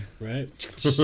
Right